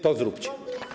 To zróbcie.